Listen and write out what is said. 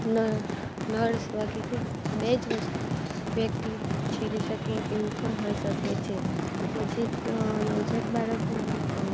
ન નર્સ વગેરે બે જ વ વ્યક્તિ તેડી શકે એવું પણ હોઈ શકે છે પછી નવજાત બાળકની